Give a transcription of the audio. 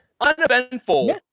Uneventful